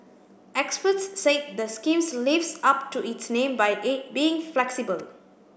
experts said the schemes lives up to its name by being flexible